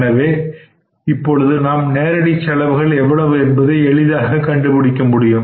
எனவே இப்பொழுது நாம் நேரடி செலவுகள் எவ்வளவு என்பதை எளிதாக கண்டுபிடிக்க முடியும்